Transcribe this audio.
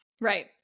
Right